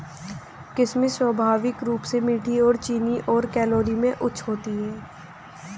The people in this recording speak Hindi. किशमिश स्वाभाविक रूप से मीठी और चीनी और कैलोरी में उच्च होती है